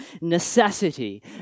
necessity